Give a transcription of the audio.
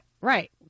right